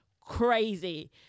crazy